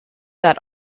that